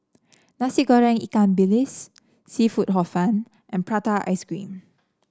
Nasi Goreng Ikan Bilis seafood Hor Fun and Prata Ice Cream